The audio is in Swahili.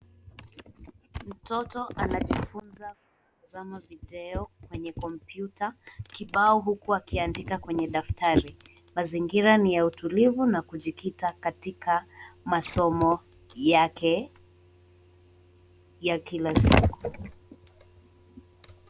Mtoto anajifunza kwa kutazama video kwenye kompyuta kibao huku akiandika kwenye daftari. Mazingira ni ya utulivu na kujikita katika masomo yake ya kila siku.